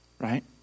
right